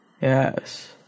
Yes